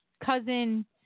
cousin